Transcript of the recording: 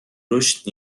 درشت